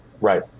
Right